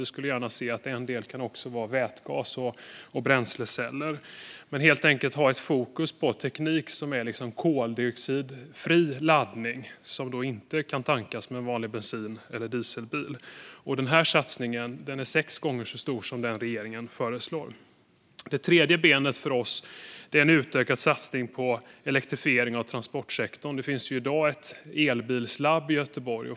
Vi skulle gärna se att en del var vätgas och bränsleceller. Fokus ska helt enkelt vara på teknik för koldioxidfri laddning av fordon som inte kan tankas som en vanlig bensin eller dieselbil. Den satsningen är sex gånger så stor som den regeringen föreslår. Den tredje delen för oss är en utökad satsning på elektrifiering av transportsektorn. Det finns i dag ett elhybridlabb i Göteborg.